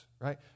Right